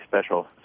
special